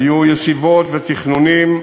היו ישיבות ותכנונים,